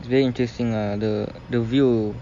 is very interesting ah the the view